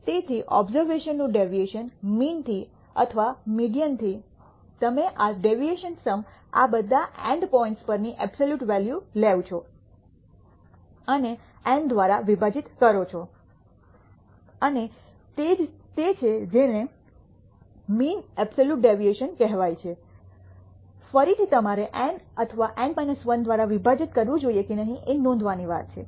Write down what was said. તેથી ઓબેર્વેશન નું deviation mean થી અથવા મીડીઅનથી તમે આ ડેવિએશન સમ આ બધા એન્ડ પોઈન્ટ્સ પર ની અબ્સોલ્યૂટ વૅલ્યુ લેવ છો અને એન દ્વારા વિભાજીત કરો છો અને તે જ તે છે જેને મીન અબ્સોલ્યૂટ ડેવિએશન કહેવાય છે ફરીથી તમારે એન અથવા એન 1 દ્વારા વિભાજીત કરવું જોઈએ કે નહીં એ નોંધવાની વાત છે